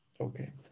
Okay